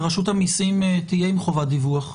ורשות המיסים תהיה עם חובת דיווח,